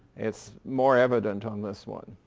it's more evident on this one.